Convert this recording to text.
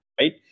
Right